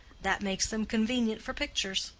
that makes them convenient for pictures.